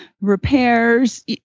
repairs